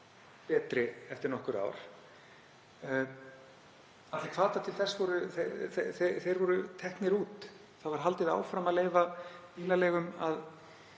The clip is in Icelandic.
betri eftir nokkur ár. Allir hvatar til þess voru teknir út. Haldið var áfram að leyfa bílaleigum að